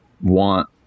want